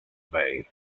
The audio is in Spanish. bay